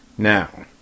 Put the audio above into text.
Now